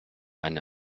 eine